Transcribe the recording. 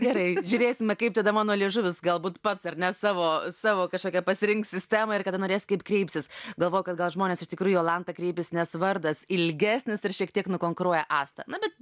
gerai žiūrėsime kaip tada mano liežuvis galbūt pats ar ne savo savo kažkokią pasirinks sistemą ir kada norės kaip kreipsis galvoju kad gal žmonės iš tikrųjų jolanta kreipėsi nes vardas ilgesnis ir šiek tiek nukonkuruoja astą na bet